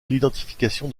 l’identification